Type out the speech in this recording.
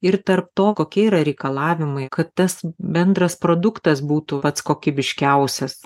ir tarp to kokie yra reikalavimai kad tas bendras produktas būtų pats kokybiškiausias